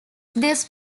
this